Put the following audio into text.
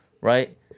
Right